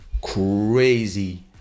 crazy